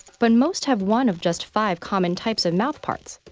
but most have one of just five common types of mouthparts.